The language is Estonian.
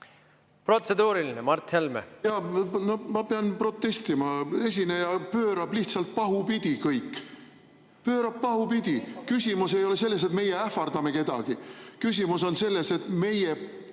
Protseduuriline, Mart Helme.